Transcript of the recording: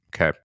Okay